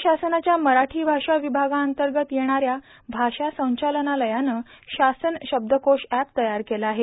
राज्य शासनाच्या मराठी भाषा विभागाअंतर्गत येणाऱ्या भाषा संचालनालयानं शासन शब्दकोश अँप तयार केलं आहे